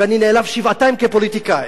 ואני נעלב שבעתיים כפוליטיקאי,